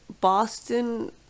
boston